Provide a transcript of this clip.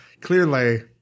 clearly